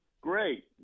Great